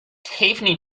tiffany